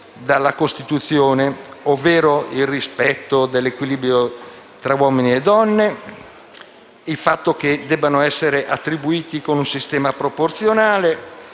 dalla Costituzione, ovvero il rispetto dell’equilibrio tra uomini e donne, il fatto che debbano essere attribuiti con un sistema proporzionale,